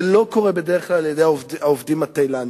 זה לא קורה בדרך כלל עם העובדים התאילנדים.